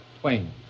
Twain